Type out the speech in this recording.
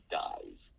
dies